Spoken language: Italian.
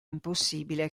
impossibile